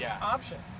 option